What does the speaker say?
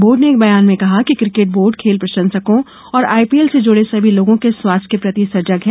board ने एक बयान में कहा कि क्रिकेट बोर्ड खेल प्रशंसकों और आईपीएल से जुड़े सभी लोगों के स्वास्थ्य के प्रति सजग है